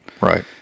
Right